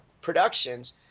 productions